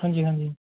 ਹਾਂਜੀ ਹਾਂਜੀ